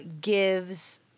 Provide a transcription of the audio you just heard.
gives